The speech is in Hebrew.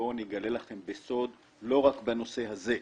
אגלה לכם בסוד לא רק בנושא הזה.